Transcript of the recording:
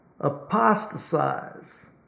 apostatize